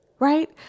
Right